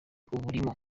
uburimo